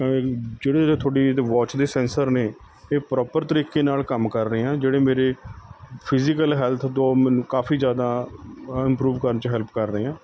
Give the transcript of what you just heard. ਕ ਜਿਹੜੇ ਇਹਦੇ ਤੁਹਾਡੀ ਵਾਚ ਦੇ ਸੈਸਰ ਨੇ ਇਹ ਪਰੋਪਰ ਤਰੀਕੇ ਨਾਲ਼ ਕੰਮ ਰਹੇ ਹਨ ਜਿਹੜੇ ਮੇਰੇ ਫ਼ਿਜੀਕਲ ਹੈਲਥ ਤੋਂ ਮੈਨੂੰ ਕਾਫ਼ੀ ਜ਼ਿਆਦਾ ਇੰਮਪਰੂਵ ਕਰਨ 'ਚ ਹੈਲਪ ਕਰ ਰਹੇ ਹਾਂ